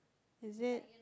is it